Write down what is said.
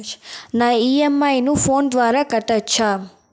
నా ఇ.ఎం.ఐ ను ఫోను ద్వారా కట్టొచ్చా?